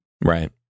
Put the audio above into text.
Right